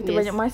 yes